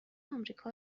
آمریکا